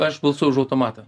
aš balsuoju už automatą